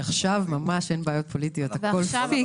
כי עכשיו ממש אין בעיות פוליטיות, הכול פיקס...